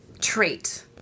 trait